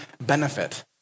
benefit